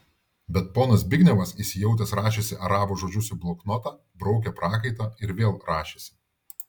bet ponas zbignevas įsijautęs rašėsi arabo žodžius į bloknotą braukė prakaitą ir vėl rašėsi